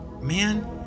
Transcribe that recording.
Man